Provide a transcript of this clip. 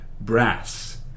brass